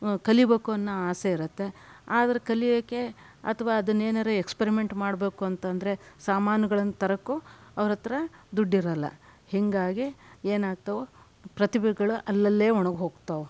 ಕಲೀಬೇಕು ಅನ್ನೋ ಆಸೆ ಇರತ್ತೆ ಆದರೆ ಕಲಿಯೋಕ್ಕೆ ಅಥವಾ ಅದನ್ನೇನಾದರೂ ಎಕ್ಸ್ಪರಿಮೆಂಟ್ ಮಾಡಬೇಕು ಅಂತಂದರೆ ಸಾಮಾನುಗಳನ್ನು ತರೋಕ್ಕೂ ಅವರತ್ರ ದುಡ್ಡಿರಲ್ಲ ಹಿಂಗಾಗಿ ಏನಾಗ್ತವೆ ಪ್ರತಿಭೆಗಳು ಅಲ್ಲಲ್ಲೇ ಒಣಗ್ಹೋಗ್ತಾವೆ